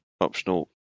optional